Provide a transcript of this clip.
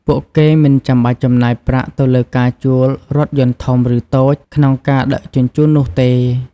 ពួកគេមិនចាំបាច់ចំណាយប្រាក់ទៅលើការជួលរថយន្តធំ ឬតូចក្នុងការដឹកជញ្ជូននោះទេ។